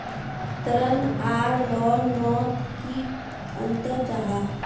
ऋण आर लोन नोत की अंतर जाहा?